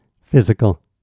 physical